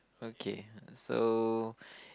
okay so